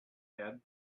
head